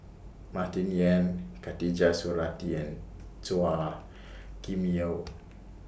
Martin Yan Khatijah Surattee and Chua Kim Yeow